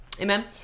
Amen